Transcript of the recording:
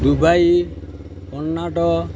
Dubai Karnataka